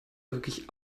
wirklich